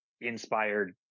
inspired